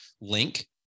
link